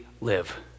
live